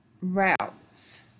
Routes